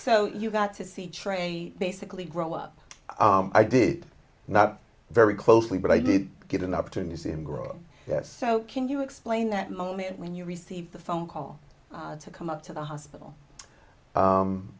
so you got to see trey basically grow up i did not very closely but i did get an opportunity to see him grow yes so can you explain that moment when you received the phone call to come up to the hospital